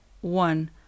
one